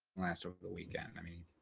last over the weekend. i mean,